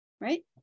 right